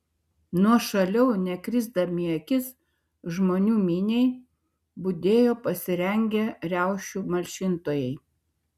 nuošaliau nekrisdami į akis žmonių miniai budėjo pasirengę riaušių malšintojai